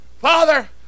Father